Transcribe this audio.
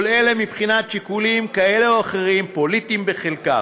כל אלה, משיקולים כאלה או אחרים, פוליטיים בחלקם.